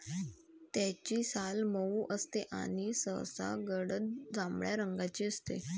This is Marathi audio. त्याची साल मऊ असते आणि सहसा गडद जांभळ्या रंगाची असते